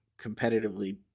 competitively